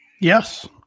Yes